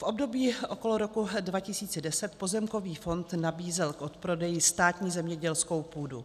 V období okolo roku 2010 pozemkový fond nabízel k odprodeji státní zemědělskou půdu.